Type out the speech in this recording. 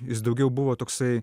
jis daugiau buvo toksai